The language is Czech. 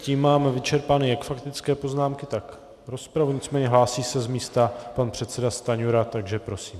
Tím máme vyčerpány jak faktické poznámky, tak rozpravu, nicméně hlásí se z místa pan předseda Stanjura, takže prosím.